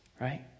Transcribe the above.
Right